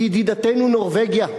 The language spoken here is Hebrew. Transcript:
וידידתנו נורבגיה,